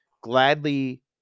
gladly